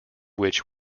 which